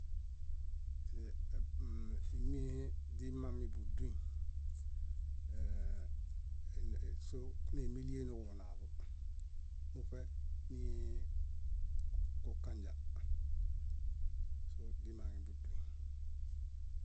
Ímiehe źimami buduñ, sóneemelia niġunaaḃo muṗe niikukanja sóźimãhebuduñ.